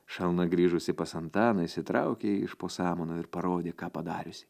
šalna grįžusi pas antaną išsitraukė jį iš po samanų ir parodė ką padariusi